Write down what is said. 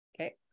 Okay